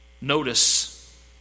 notice